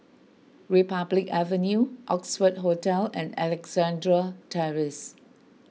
Republic Avenue Oxford Hotel and Alexandra Terrace